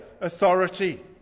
authority